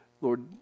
Lord